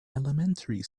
elementary